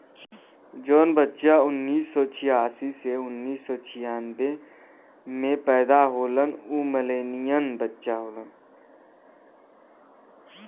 जौन बच्चन उन्नीस सौ छियासी से उन्नीस सौ छियानबे मे पैदा होलन उ मिलेनियन बच्चा होलन